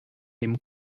dem